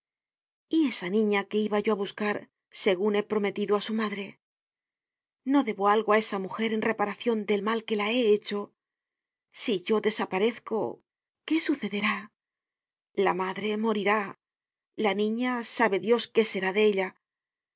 y esa niña que iba yo á buscar segun he prometido á su madre no debo algo á esa mujer en reparacion del mal que la he hecho si yo desaparezco qué sucederá la madre morirá la niña sabe dios qué será de ella